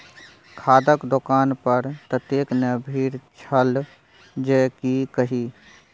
खादक दोकान पर ततेक ने भीड़ छल जे की कही